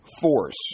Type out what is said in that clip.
force